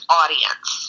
audience